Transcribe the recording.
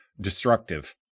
destructive